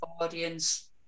audience